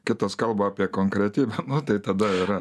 kitas kalba apie konkretyb nu tai tada yra